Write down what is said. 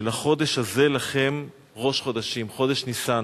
של "החדש הזה לכם ראש חדשים" חודש ניסן.